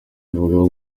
abagabo